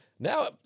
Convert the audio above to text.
Now